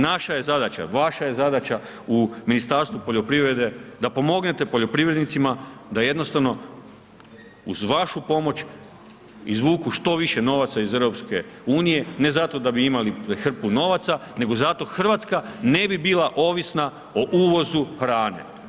Naša je zadaća, vaša je zadaća u Ministarstvu poljoprivrede da pomognete poljoprivrednicima, da jednostavno uz vašu pomoć izvuku što više novaca iz EU, ne zato da bi imali hrpu novaca, nego zato, Hrvatska ne bi bila ovisna o uvozu hrane.